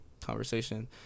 conversation